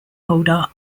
holder